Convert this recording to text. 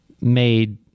made